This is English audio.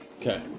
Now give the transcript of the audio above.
Okay